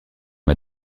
m’a